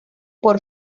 por